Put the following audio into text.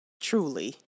Truly